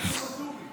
הקשבתי לואטורי,